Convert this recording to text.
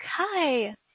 Hi